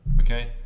Okay